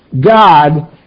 God